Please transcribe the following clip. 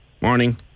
Morning